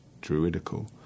druidical